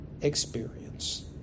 experience